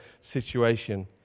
situation